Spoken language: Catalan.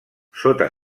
sota